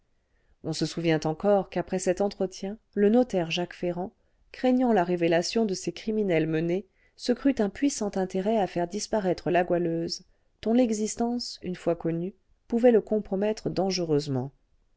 on se souvient encore qu'après cet entretien le notaire jacques ferrand craignant la révélation de ses criminelles menées se crut un puissant intérêt à faire disparaître la goualeuse dont l'existence une fois connue pouvait le compromettre dangereusement